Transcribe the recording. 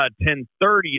10.30